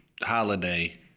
Holiday